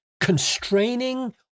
constraining